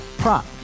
Prop